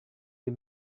you